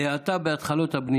זה יגרום להאטה בהתחלות הבנייה.